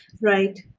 Right